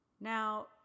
now